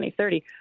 2030